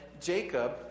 Jacob